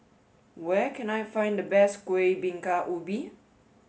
where can I find the best Kuih Bingka Ubi